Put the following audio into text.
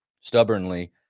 Stubbornly